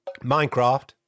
Minecraft